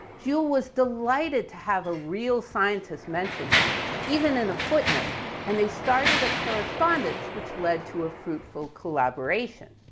joule was delighted to have a real scientist mention him even in a footnote and they started a correspondence which led to a fruitful collaboration.